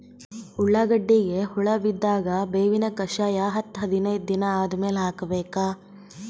ಉಳ್ಳಾಗಡ್ಡಿಗೆ ಹುಳ ಬಿದ್ದಾಗ ಬೇವಿನ ಕಷಾಯ ಹತ್ತು ಹದಿನೈದ ದಿನ ಆದಮೇಲೆ ಹಾಕಬೇಕ?